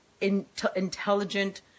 intelligent